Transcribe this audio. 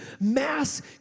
mass